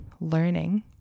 learning